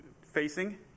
facing